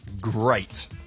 great